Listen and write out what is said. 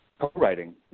co-writing